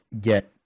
get